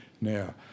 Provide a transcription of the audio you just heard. Now